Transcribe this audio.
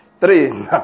three